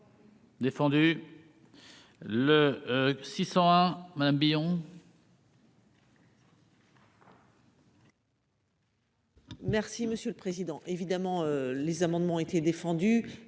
Défendu le 600 Madame bidon. Merci monsieur le Président, évidemment, les amendements ont été défendu